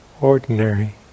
ordinary